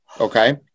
Okay